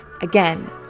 again